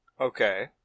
okay